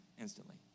instantly